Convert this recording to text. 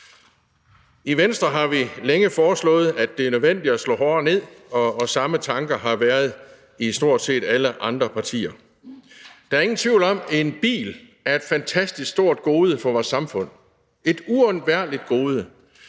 I Venstre har vi længe foreslået, at det er nødvendigt at slå hårdere ned her, og samme tanker har været i stort set alle andre partier. Der er ingen tvivl om, at en bil er et fantastisk stort gode for vores samfund – et uundværligt gode,